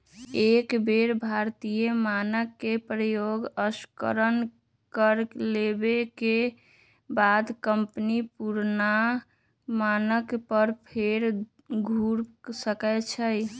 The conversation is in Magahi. एक बेर भारतीय मानक के प्रयोग स्वीकार कर लेबेके बाद कंपनी पुरनका मानक पर फेर घुर सकै छै